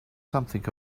something